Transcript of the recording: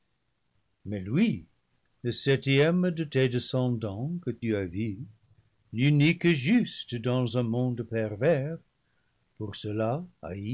mais lui ce septième de tes descendants que tu as vu l'unique juste dans un monde pervers pour cela